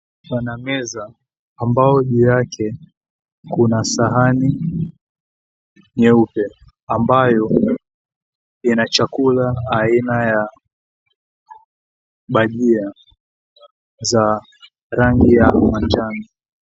Pana meza ambayo juu yake pana sahani nyeupe ambayo ina chakula aina ya bhajia za rangi ya manjano.